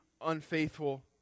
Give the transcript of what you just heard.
unfaithful